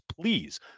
Please